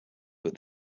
but